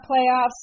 playoffs